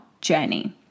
journey